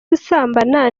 gusambana